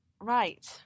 Right